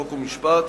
חוק ומשפט,